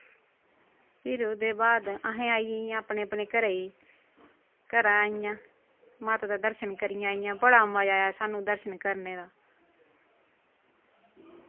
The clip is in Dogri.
फिर ओह्दे बाद असें आई गेइयां अपने अपने घरे गी घरा आइयां माता दे दर्शन करियै आइयां बड़ा मजा आया साह्नू दर्शन करने दा